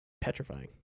petrifying